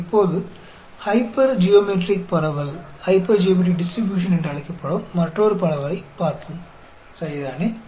இப்போது ஹைப்பர்ஜியோமெட்ரிக் பரவல் என்று அழைக்கப்படும் மற்றொரு பரவலைப் பார்ப்போம் சரிதானே